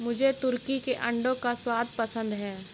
मुझे तुर्की के अंडों का स्वाद पसंद है